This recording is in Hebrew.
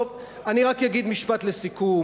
טוב, אני רק אגיד משפט לסיכום.